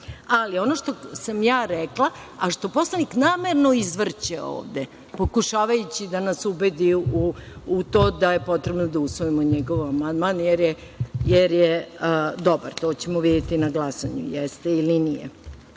ono što sam ja rekla, a što poslanik namerno izvrće ovde, pokušavaju da nas ubedi u to da je potrebno da usvojimo njegov amandman, jer je dobar. To ćemo videti na glasanju, jeste ili nije,